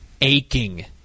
aching